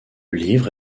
livre